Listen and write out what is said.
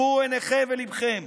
פתחו עיניכם וליבכם,